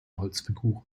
holzfiguren